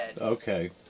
Okay